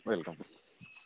welcome